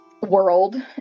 world